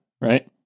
Right